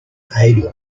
aid